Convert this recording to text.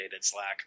Slack